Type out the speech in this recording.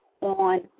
on